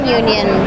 union